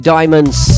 Diamonds